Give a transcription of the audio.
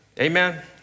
Amen